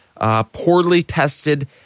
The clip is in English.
poorly-tested